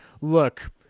look